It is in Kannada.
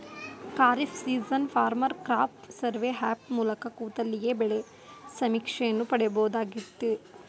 kharif season farmer crop survey app ಮೂಲಕ ಕೂತಲ್ಲಿಯೇ ಬೆಳೆ ಸಮೀಕ್ಷೆಯನ್ನು ಪಡಿಬೋದಾಗಯ್ತೆ